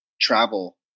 travel